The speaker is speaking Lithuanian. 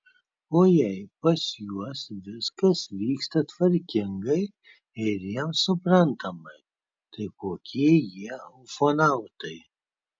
o jei pas juos viskas vyksta tvarkingai ir jiems suprantamai tai kokie jie ufonautai